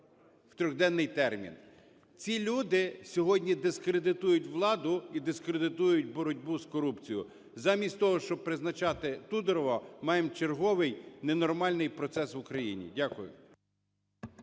Ці люди сьогодні дискредитують владу і дискредитують боротьбу з корупцією. Замість того, щоби призначати Тодурова, маємо черговий ненормальний процес в Україні. Дякую.